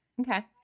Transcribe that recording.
Okay